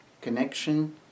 connection